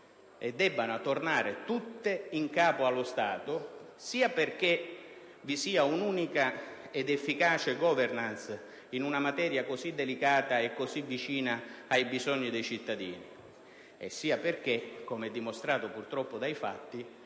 essere e tornare totalmente in capo allo Stato sia perché vi sia una unica ed efficace *governance* in una materia così delicata e vicina ai bisogni degli cittadini sia perché, come dimostrato purtroppo dai fatti,